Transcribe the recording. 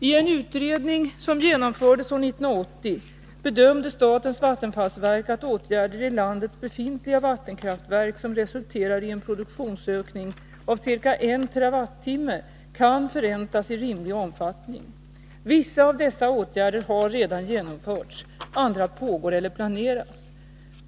I en utredning som genomfördes år 1980 bedömde statens vattenfallsverk att åtgärder i landets befintliga vattenkraftverk som resulterar i en produktionsökning av ca 1 TWh kan förräntas i rimlig omfattning. Vissa av dessa åtgärder har redan genomförts, andra pågår eller planeras.